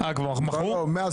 כבר מכרו?